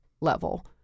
level